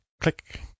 click